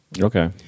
Okay